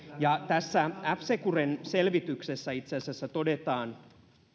ja tässä f securen selvityksessä itse asiassa todetaan